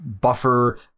buffer